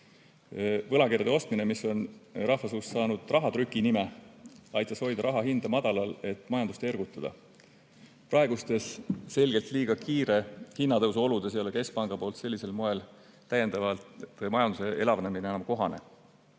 Võlakirjade ostmine, mis on rahvasuus saanud rahatrüki nime, aitas hoida raha hinda madalal, et majandust ergutada. Praegustes selgelt liiga kiire hinnatõusu oludes ei ole keskpanga poolt sellisel moel täiendavalt majanduse elavdamine enam kohane.